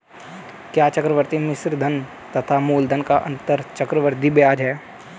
क्या चक्रवर्ती मिश्रधन तथा मूलधन का अंतर चक्रवृद्धि ब्याज है?